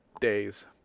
days